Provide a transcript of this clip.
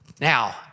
Now